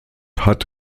hat